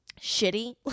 shitty